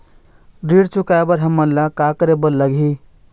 ऋण चुकाए बर हमन ला का करे बर लगही?